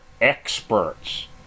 experts